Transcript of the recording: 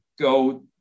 go